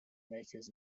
makers